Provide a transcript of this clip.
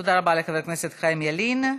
תודה רבה לחבר הכנסת חיים ילין.